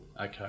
Okay